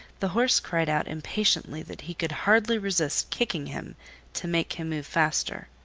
the horse cried out impatiently that he could hardly resist kicking him to make him move faster.